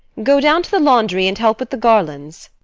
go down to the laundry, and help with the garlands.